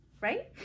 right